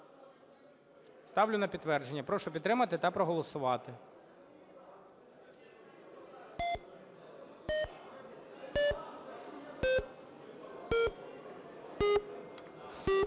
Ставлю на підтвердження, прошу підтримати та проголосувати.